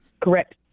Correct